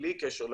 בלי קשר לקורונה,